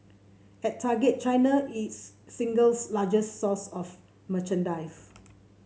at Target China is single largest source of merchandise